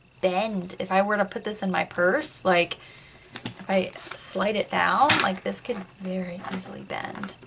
bend. if i were to put this in my purse, like i slide it down, like this could very easily bend.